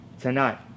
tonight